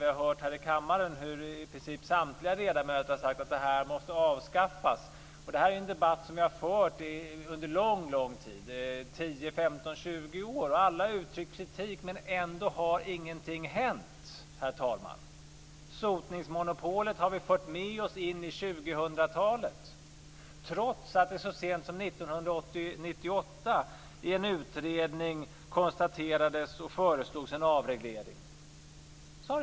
I kammaren har vi hört i princip samtliga ledamöter säga att systemet måste avskaffas. Den här debatten har förts under lång, lång tid, i 10, 15, 20 år. Alla har uttryckt kritik, men ändå har ingenting hänt, herr talman! Sotningsmonopolet har vi fört med oss in i 2000-talet, trots att man i en utredning så sent som 1998 föreslog en avreglering.